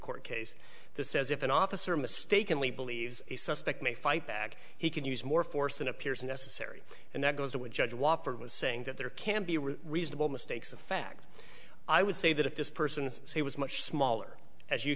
court case the says if an officer mistakenly believes a suspect may fight back he can use more force than appears necessary and that goes to a judge wofford was saying that there can be reasonable mistakes of fact i would say that if this person is he was much smaller as you